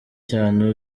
cyane